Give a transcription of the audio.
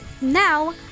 Now